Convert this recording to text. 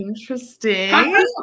interesting